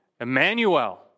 Emmanuel